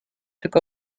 took